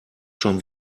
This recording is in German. schon